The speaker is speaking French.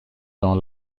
dans